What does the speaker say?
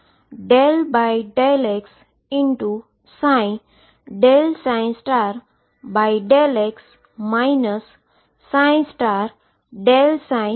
અને મને ∂t2mi ∂x∂x ∂ψ∂x મળે છે